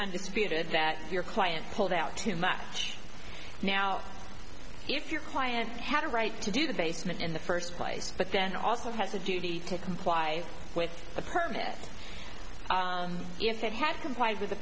undisputed that your client pulled out too much now if your client had a right to do the basement in the first place but then also has a duty to comply with the permit if it had complied with